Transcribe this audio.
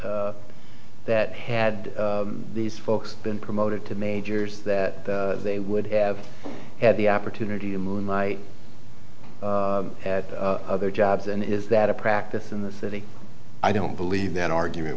that that had these folks been promoted to majors that they would have had the opportunity to moonlight at other jobs and is that a practice in the city i don't believe that argument